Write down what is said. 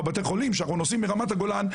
בתי החולים שאנחנו נוסעים אליהם מרמת הגולן.